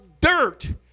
dirt